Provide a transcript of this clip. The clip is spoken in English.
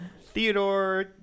Theodore